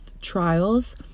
trials